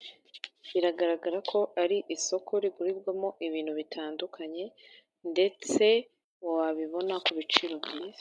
Biragaragara ko ari isoko rigurirwamo ibintu bitandukanye ndetse wabibona ku biciro byiza.